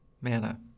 Manna